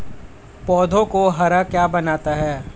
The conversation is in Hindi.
पौधों को हरा क्या बनाता है?